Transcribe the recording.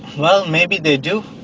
well, maybe they do,